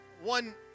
one